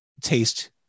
taste